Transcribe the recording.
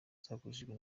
zagurishijwe